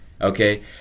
Okay